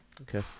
Okay